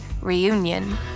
Reunion